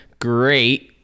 great